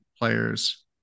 players